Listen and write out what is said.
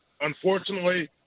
Unfortunately